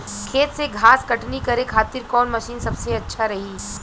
खेत से घास कटनी करे खातिर कौन मशीन सबसे अच्छा रही?